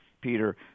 Peter